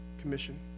commission